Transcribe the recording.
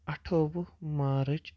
اَٹھووُہ مارٕچ